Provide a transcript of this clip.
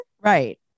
Right